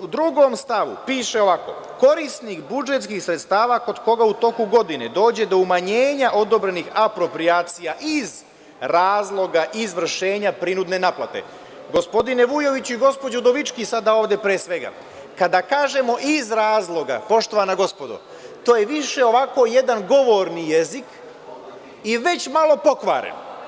u drugom stavu piše ovako – korisnik budžetskih sredstava kod koga u toku godine dođe do umanjenja odobrenih aproprijacija iz razloga izvršenja prinudne naplate, gospodine Vujoviću i gospođo Udovički sada ovde pre svega, kada kažemo iz razloga, poštovana gospodo, to je više ovako jedan govorni jezik i već malo pokvaren.